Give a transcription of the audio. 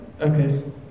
Okay